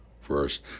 first